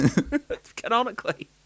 Canonically